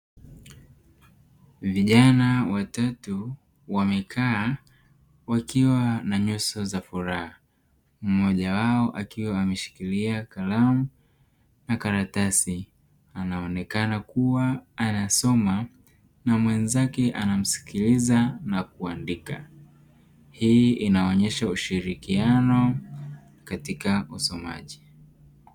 Vijana watatu, wamekaa wakiwa na nyuso za furaha. Mmoja wao akiwa ameshikilia kalamu na karatasi, anaonekana kuwa anasoma na mwenzake anamsikiliza na kuandika. Hii inaonyesha ushirikiano katika usomaji.